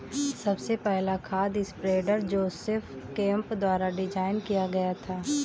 सबसे पहला खाद स्प्रेडर जोसेफ केम्प द्वारा डिजाइन किया गया था